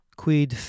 quid